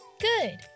Good